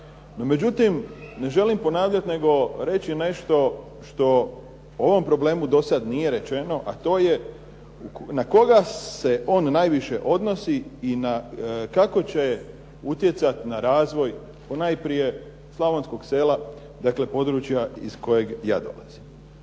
međutim, ne želim ponavljati nego reći nešto što o ovom problemu do sad nije rečeno, a to je na koga se on najviše odnosi i kako će utjecati na razvoj ponajprije slavonskog sela. Dakle, područja iz kojeg ja dolazim.